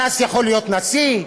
אנס יכול להיות נשיא?